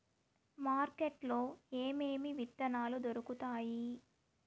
market లో ఏమేమి విత్తనాలు దొరుకుతాయి